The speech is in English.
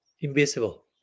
invisible